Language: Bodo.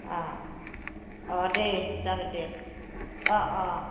अ दे जागोन दे अ अ